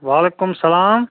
وعلیکُم سَلام